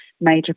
major